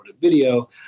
video